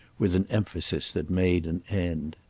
with an emphasis that made an end.